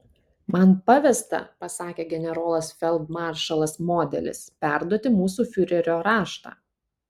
man pavesta pasakė generolas feldmaršalas modelis perduoti mūsų fiurerio raštą